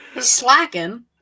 Slacking